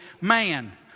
man